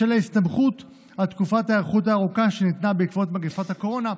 בשל ההסתמכות על תקופת ההיערכות הארוכה שניתנה בעקבות מגפת הקורונה,